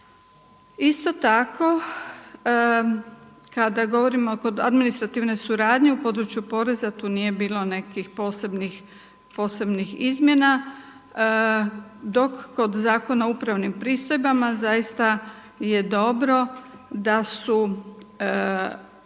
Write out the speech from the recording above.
Isto tako kada govorimo kod administrativne suradnje u području poreza tu nije bilo nekih posebnih izmjena. Dok kod Zakona o upravnim pristojbama zaista je dobro da je